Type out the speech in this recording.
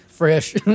Fresh